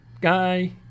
guy